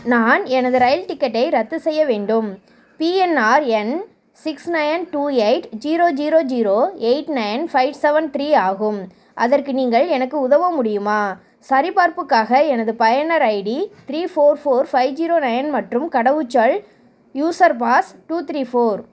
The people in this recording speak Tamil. நான் எனது இரயில் டிக்கெட்டை ரத்து செய்ய வேண்டும் பிஎன்ஆர் எண் six nine two eight zero zero zero eight nine five seven three ஆகும் அதற்கு நீங்கள் எனக்கு உதவ முடியுமா சரிபார்ப்புக்காக எனது பயனர் ID three four four five zero nine மற்றும் கடவுச்சொல் user pass two three four